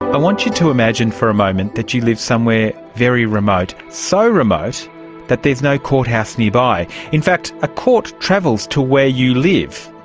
i want you to imagine for a moment that you live somewhere very remote, so remote that there is no courthouse nearby. in fact a court travels to where you live.